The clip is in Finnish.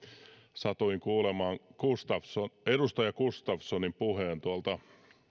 satuin kuulemaan edustaja gustafssonin puheen tuolta